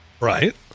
Right